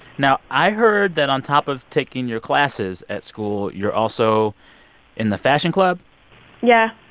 now, i heard that on top of taking your classes at school, you're also in the fashion club yeah,